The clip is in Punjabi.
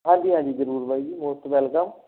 ਹਾਂਜੀ ਹਾਂਜੀ ਜ਼ਰੂਰ ਬਾਈ ਜੀ ਮੋਸਟ ਵੈਲਕਮ